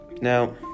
Now